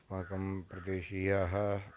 अस्माकं प्रदेशीयाः